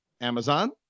Amazon